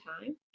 time